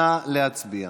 נא להצביע.